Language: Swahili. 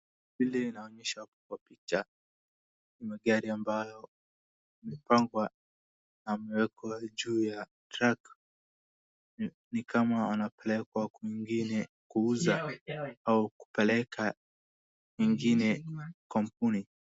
Vile inaonyesha kwa picha, ni magari ambayo yamepangwa na yamewekwa juu ya track ni kama yanapelekwa kwingine kuuzwa au kupeleka ingine kwa kampuni